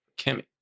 Kimmy